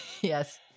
Yes